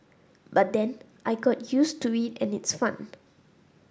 but then I got used to it and its fun